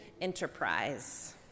enterprise